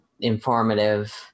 informative